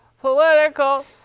political